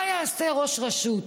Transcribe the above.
מה יעשה ראש רשות